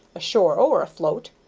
ashore or afloat.